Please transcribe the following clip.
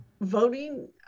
voting